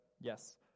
Yes